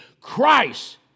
Christ